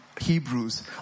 Hebrews